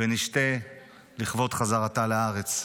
ונשתה לכבוד חזרתה לארץ.